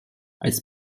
als